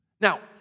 Now